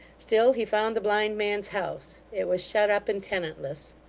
still he found the blind man's house. it was shut up and tenantless.